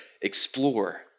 explore